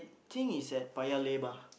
think it's at Paya-Lebar